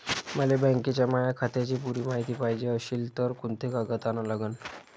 मले बँकेच्या माया खात्याची पुरी मायती पायजे अशील तर कुंते कागद अन लागन?